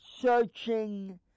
searching